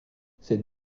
cette